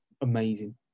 amazing